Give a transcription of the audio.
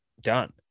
done